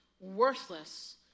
worthless